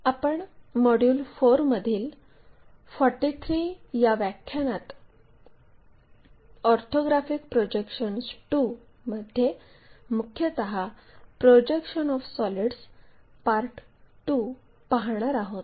आपण मॉड्यूल 4 मधील 43 व्या व्याख्यानात ऑर्थोग्राफिक प्रोजेक्शन्स II मध्ये मुख्यतः प्रोजेक्शन ऑफ सॉलिड्स II पाहणार आहोत